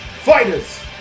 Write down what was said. Fighters